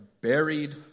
buried